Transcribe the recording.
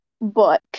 book